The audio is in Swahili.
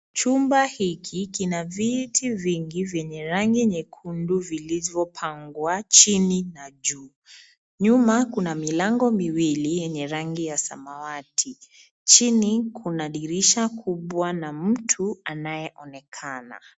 Chumba hiki kina viti vingi vyenye rangi nyekundu vilivyopangwa chini na juu. Nyuma kuna milango miwili yenye rangi ya samawati. Chini kuna dirisha kubwa na mtu anayeonekana.